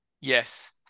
Yes